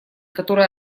которые